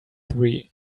three